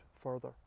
further